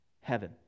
heaven